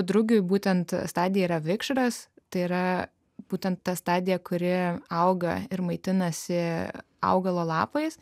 drugiui būtent stadija yra vikšras tai yra būtent tą stadiją kurioje auga ir maitinasi augalo lapais